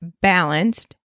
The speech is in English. balanced